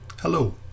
Hello